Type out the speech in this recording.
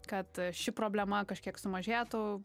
kad ši problema kažkiek sumažėtų